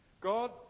God